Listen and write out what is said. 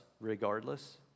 regardless